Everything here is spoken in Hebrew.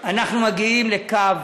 אנחנו מגיעים לקו,